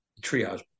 triage